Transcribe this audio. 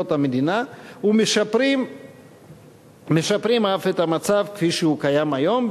המדינה ומשפרים אף את המצב מכפי שהוא קיים היום,